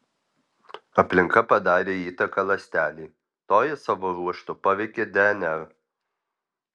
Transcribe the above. aplinka padarė įtaką ląstelei toji savo ruožtu paveikė dnr